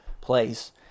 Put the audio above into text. place